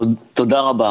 תודה רבה.